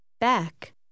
Back